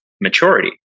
maturity